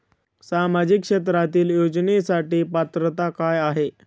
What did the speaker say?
सामाजिक क्षेत्रांतील योजनेसाठी पात्रता काय आहे?